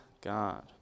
God